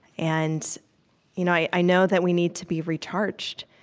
and you know i i know that we need to be recharged.